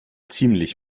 ziemlich